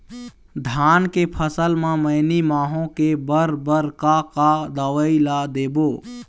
धान के फसल म मैनी माहो के बर बर का का दवई ला देबो?